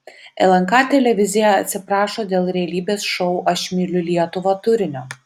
lnk televizija atsiprašo dėl realybės šou aš myliu lietuvą turinio